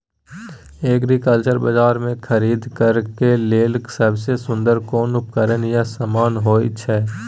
Agriculture बाजार में खरीद करे के लेल सबसे सुन्दर कोन उपकरण या समान होय छै?